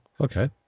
Okay